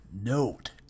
note